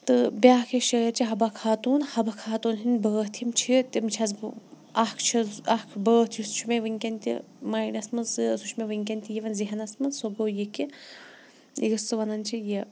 تہٕ بیٛاکھ یوٚس شٲعر چھےٚ حبہ خاتوٗن حبہ خاتوٗن ہِنٛدۍ بٲتھ یِم چھِ تِم چھَس بہٕ اَکھ چھَس اَکھ بٲتھ یُس چھُ مےٚ وٕنۍکٮ۪ن تہِ ماینڈَس منٛزٕ سُہ چھُ مےٚ وٕنۍکٮ۪ن تہِ یِوان ذہنَس منٛز سُہ گوٚو یہِ کہِ یُس سُہ وَنان چھِ یہِ